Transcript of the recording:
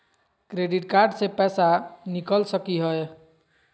Credit card से पैसा निकल सकी हय?